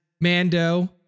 Mando